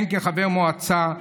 הן כחבר מועצה,